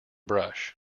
brush